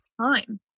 time